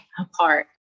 apart